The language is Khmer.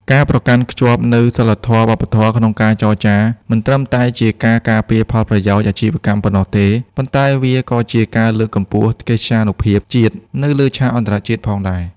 ការប្រកាន់ខ្ជាប់នូវសីលធម៌វប្បធម៌ក្នុងការចរចា មិនត្រឹមតែជាការការពារផលប្រយោជន៍អាជីវកម្មប៉ុណ្ណោះទេ ប៉ុន្តែវាក៏ជាការលើកកម្ពស់កិត្យានុភាពជាតិនៅលើឆាកអន្តរជាតិផងដែរ។